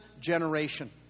generation